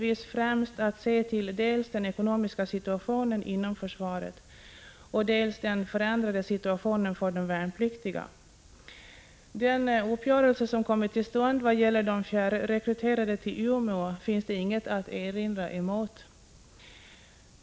1985/86:144 dels den ekonomiska situationen inom försvaret, dels den förändrade 16 maj 1986 situationen för de värnpliktiga. Den uppgörelse som kommit till stånd vad gäller de fjärrekryterade värnpliktiga till Umeå finns inget att erinra emot.